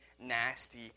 nasty